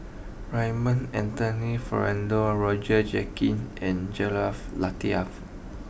Raymond Anthony Fernando Roger Jenkins and Latiff